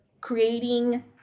creating